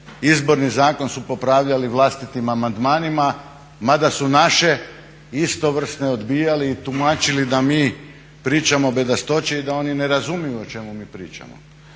Izborni zakon su popravljali vlastitim amandmanima mada su naše istovrsne odbijali i tumačili da mi pričamo bedastoće i da oni ne razumiju o čemu mi pričamo.